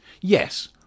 yes